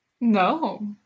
no